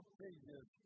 pages